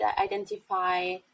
identify